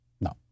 No